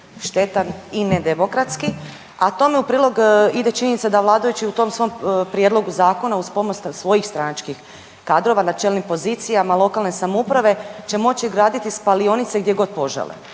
štetan i nedemokratski, a tome u prilog ide činjenica da vladajući u tom svom prijedlogu zakona uz pomoć svojih stranačkih kadrova na čelnim pozicijama lokalne samouprave će moći graditi spalionice gdje god požele.